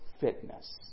fitness